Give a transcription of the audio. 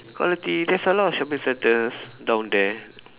quality there's a lot of shopping centres down there